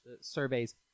surveys